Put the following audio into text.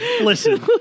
listen